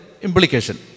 implication